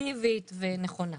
אפקטיבית ונכונה.